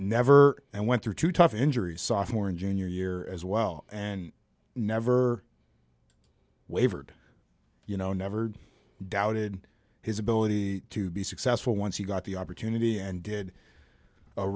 never and went through two tough injuries sophomore and junior year as well and never wavered you know never doubted his ability to be successful once he got the opportunity and did a